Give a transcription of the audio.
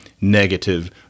negative